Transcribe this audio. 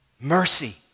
mercy